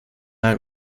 line